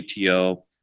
ATO